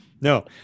No